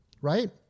right